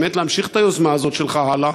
באמת להמשיך את היוזמה הזאת שלך הלאה,